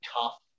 tough